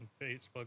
facebook